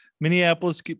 Minneapolis